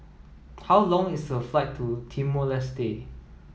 how long is the flight to Timor Leste